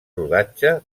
rodatge